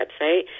website